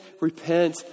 repent